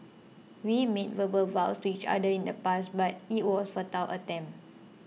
we made verbal vows to each other in the past but it was a futile attempt